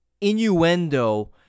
innuendo